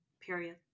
Period